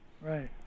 Right